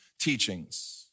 teachings